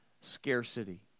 scarcity